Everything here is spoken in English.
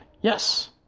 Yes